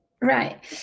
right